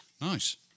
Nice